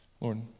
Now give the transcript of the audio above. Lord